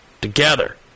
Together